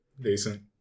Decent